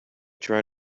try